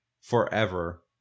forever